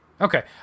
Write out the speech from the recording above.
Okay